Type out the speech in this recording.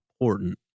important